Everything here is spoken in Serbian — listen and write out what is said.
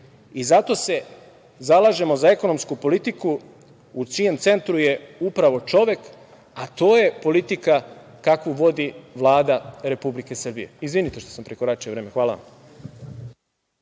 i zato se zalažemo za ekonomsku politiku u čijem centru je upravo čovek, a to je politika kakvu vodi Vlada Republike Srbije. Izvinite, što sam prekoračio vreme. Hvala vam.